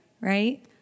right